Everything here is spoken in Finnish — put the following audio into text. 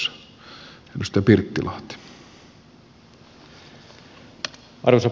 arvoisa puhemies